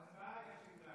ההצבעה היחידה.